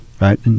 right